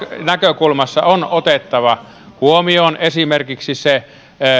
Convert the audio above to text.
näkökulmassa on otettava huomioon esimerkiksi se